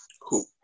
Cool